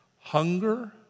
hunger